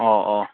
ꯑꯣ ꯑꯣ